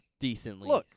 Decently